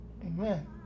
Amen